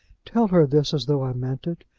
tell her this as though i meant it.